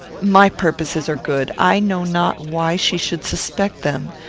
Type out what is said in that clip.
my purposes are good. i know not why she should suspect them.